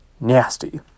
nasty